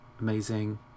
amazing